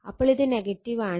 അപ്പോൾ ഇത് ആണ്